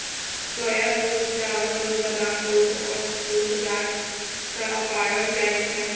सोया दूध, चावल दूध, बादाम दूध, ओट्स दूध गाछ सं पाओल जाए छै